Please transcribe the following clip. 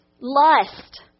lust